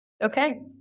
Okay